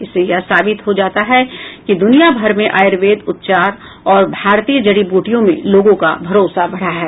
इससे यह साबित हो जाता है कि द्र्नियाभर में आयुर्वेद उपचार और भारतीय जडी बूटियों में लोगों का भरोसा बढा है